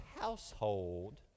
household